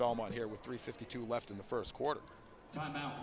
belmont here with three fifty two left in the first quarter